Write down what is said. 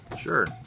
Sure